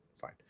Fine